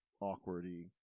awkward-y